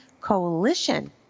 Coalition